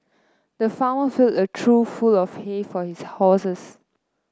the farmer filled a trough full of hay for his horses